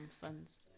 funds